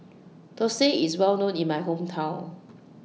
Thosai IS Well known in My Hometown